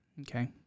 Okay